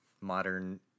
modern